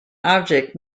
object